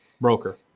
broker